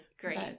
great